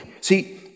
See